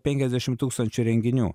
penkiasdešim tūkstančių renginių